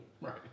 Right